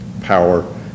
power